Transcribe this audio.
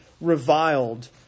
reviled